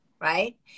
right